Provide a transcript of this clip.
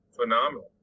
phenomenal